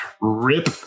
rip